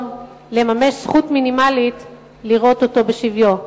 לממש זכות מינימלית לראות אותו בשביו.